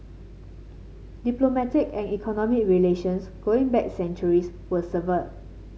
diplomatic and economic relations going back centuries were severed